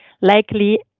likely